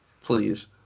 Please